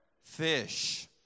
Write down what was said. fish